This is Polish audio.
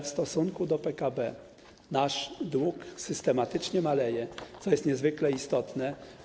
W stosunku do PKB nasz dług systematycznie maleje, co jest niezwykle istotne.